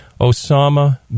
Osama